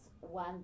one